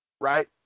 right